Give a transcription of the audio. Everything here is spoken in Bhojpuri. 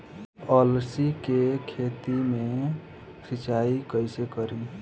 अलसी के खेती मे सिचाई कइसे करी?